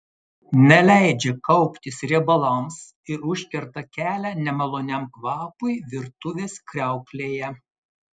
neleidžia kauptis riebalams ir užkerta kelią nemaloniam kvapui virtuvės kriauklėje